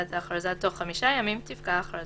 אושר.